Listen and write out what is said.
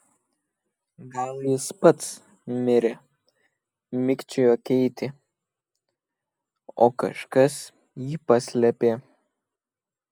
gal jis pats mirė mikčiojo keitė o kažkas jį paslėpė